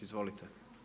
Izvolite.